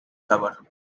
summer